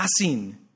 passing